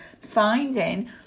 finding